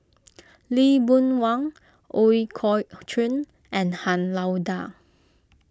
Lee Boon Wang Ooi Kok Chuen and Han Lao Da